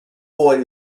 boy